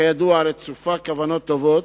כידוע, רצופה כוונות טובות.